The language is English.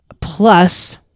plus